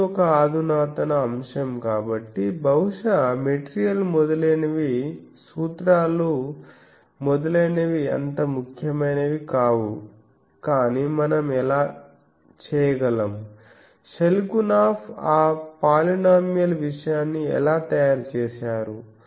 ఇది ఒక అధునాతన అంశం కాబట్టి బహుశా మెటీరియల్ మొదలైనవి సూత్రాలు మొదలైనవి అంత ముఖ్యమైనవి కావు కానీ మనం ఎలా చేయగలం షెల్కునాఫ్ ఆ పాలినోమియల్ విషయాన్ని ఎలా తయారుచేశారు